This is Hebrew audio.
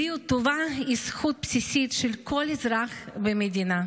בריאות טובה היא זכות בסיסית של כל אזרח במדינה,